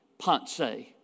Ponce